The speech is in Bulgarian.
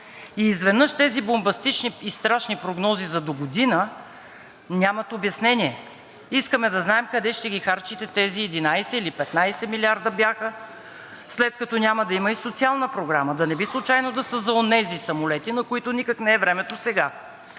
И изведнъж тези бомбастични и страшни прогнози за догодина нямат обяснение. Искаме да знаем къде ще ги харчите тези 11 или 15 милиарда бяха, след като няма да има и социална програма? Да не би случайно да са за онези самолети, на които никак не е времето сега?